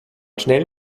schnell